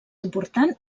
important